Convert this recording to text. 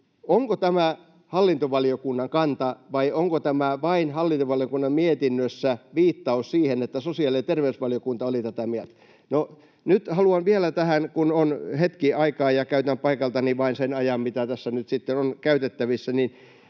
onko tämä hallintovaliokunnan kanta, vai onko tämä vain hallintovaliokunnan mietinnössä viittaus siihen, että sosiaali- ja terveysvaliokunta oli tätä mieltä? No, nyt haluan mennä vielä siihen — kun on hetki aikaa ja käytän paikaltani vain sen ajan, mitä tässä nyt sitten on käytettävissä —